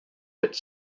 its